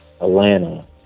Atlanta